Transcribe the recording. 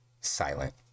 silent